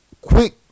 quick